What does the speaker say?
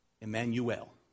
Emmanuel